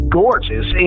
gorgeous